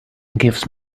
gives